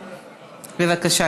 בבקשה,